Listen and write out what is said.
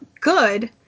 good